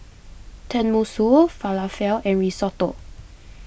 Tenmusu Falafel and Risotto